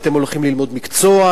האם אתם הולכים ללמוד מקצוע,